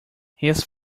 his